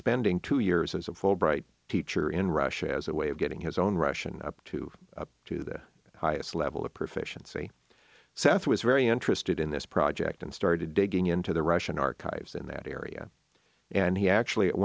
spending two years as a fulbright teacher in russia as a way of getting his own russian up to to the highest level of proficiency south was very interested in this project and started digging into the russian archives in that area and he actually at